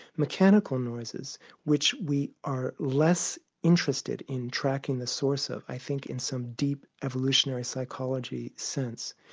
mechanical noises which we are less interested in tracking the source of, i think in some deep evolutionary psychology sense,